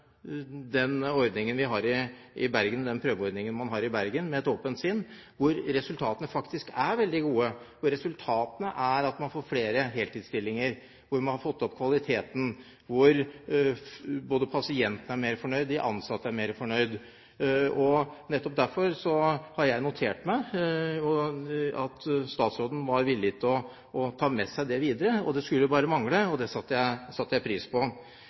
den prøveordningen man har i Bergen, med et åpent sinn – der resultatene faktisk er veldig gode. Resultatet er at man får flere heltidsstillinger, og man har fått opp kvaliteten. Pasientene er mer fornøyd, og de ansatte er mer fornøyd. Nettopp derfor har jeg notert meg at statsråden er villig til å ta med seg det videre – og det skulle jo bare mangle. Det satte jeg pris på.